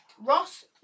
Ross